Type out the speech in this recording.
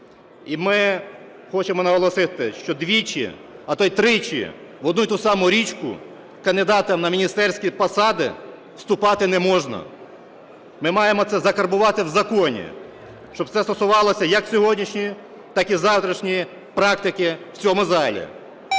І ми хочемо наголосити, що двічі, а то й тричі в одну і ту саму річку кандидатам на міністерські посади вступати на можна. Ми маємо це закарбувати в законі, щоб це стосувалося як сьогоднішньої, так і завтрашньої практики в цьому залі.